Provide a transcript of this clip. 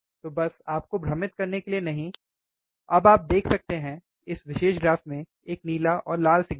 तो बस आपको भ्रमित करने के लिए नहीं अब आप देख सकते हैं इस विशेष ग्राफ में एक नीला और लाल सिग्नल है